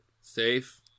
safe